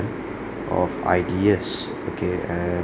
of ideas okay and